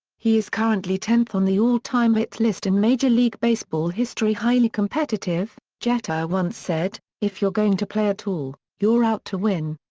he is currently tenth on the all-time hits list in major league baseball history highly competitive, jeter once said, if you're going to play at all, you're out to win.